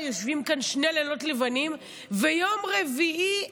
יושבים כאן שני לילות לבנים ויום רביעי,